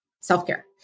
self-care